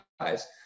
guys